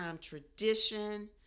tradition